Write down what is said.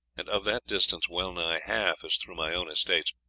and of that distance well-nigh half is through my own estates,